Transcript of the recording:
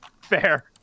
Fair